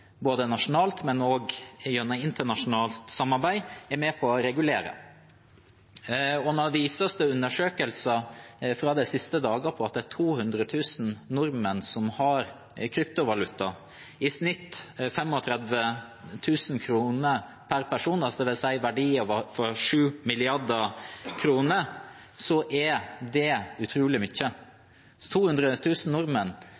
både nasjonalt og gjennom internasjonalt samarbeid er med på å regulere det. Når det vises til undersøkelser fra de siste dagene om at det er 200 000 nordmenn som har kryptovaluta, i snitt 35 000 kr per person – det vil altså si verdier for 7 mrd. kr – er det utrolig mye. 200 000 nordmenn